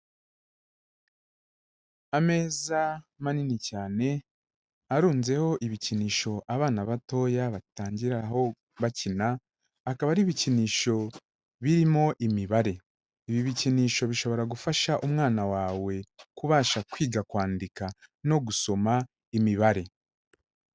Ameza manini cyane arunzeho ibikinisho abana batoya batangiraho bakina, akaba ari ibikinisho birimo imibare, ibi bikinisho bishobora gufasha umwana wawe kubasha kwiga kwandika, no gusoma imibare.